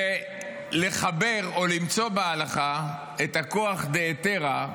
ולחבר או למצוא בהלכה את הכוח דהיתרא.